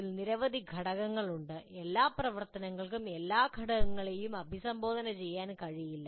ഇതിൽ നിരവധി ഘടകങ്ങളുണ്ട് എല്ലാ പ്രവർത്തനങ്ങൾക്കും എല്ലാ ഘടകങ്ങളെയും അഭിസംബോധന ചെയ്യാൻ കഴിയില്ല